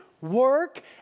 work